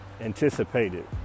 anticipated